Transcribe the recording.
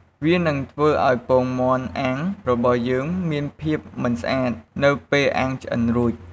វានឹងធ្វើឲ្យពងមាន់អាំងរបស់យើងមានភាពមិនស្អាតនៅពេលអាំងឆ្អិនរួច។